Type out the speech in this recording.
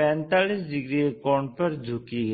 45 degree के कोण पर झुकी है